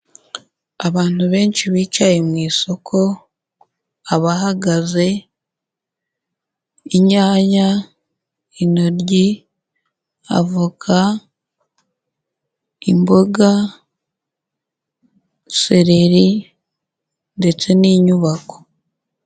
Abantu benshi bicaye mu isoko, abahagaze, inyanya, intoryi, avoka, imboga, sereri ndetse n'inyubako.